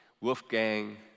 Wolfgang